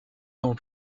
dans